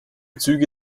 züge